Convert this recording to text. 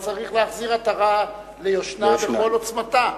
אז צריך להחזיר עטרה ליושנה בכל עוצמתה,